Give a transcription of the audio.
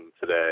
today